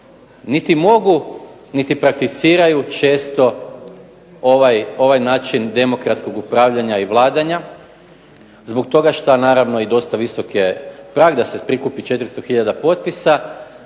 niti mogu, niti prakticiraju često ovaj način demokratskog upravljanja i vladanja zbog toga što naravno je i dosta visok je prag da se prikupi 400 hiljada potpisa